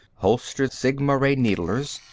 holstered sigma-ray needlers.